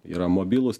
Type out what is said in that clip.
yra mobilūs